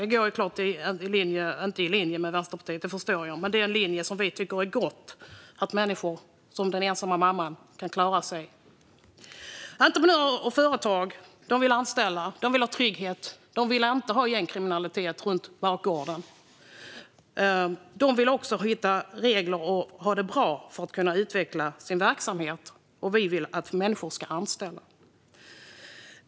Jag förstår att detta inte går i linje med vad Vänsterpartiet tycker, men vi tycker att det är gott att människor som den ensamma mamman kan klara sig. Entreprenörer och företag vill anställa. De vill ha trygghet. De vill inte ha gängkriminalitet på bakgården. De vill också hitta regler och ha det bra för att kunna utveckla sin verksamhet. Vi vill att människor ska anställa.